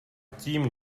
tím